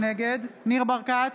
נגד ניר ברקת,